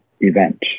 event